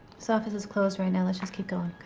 so office is closed right now. let's just keep going,